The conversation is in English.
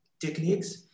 techniques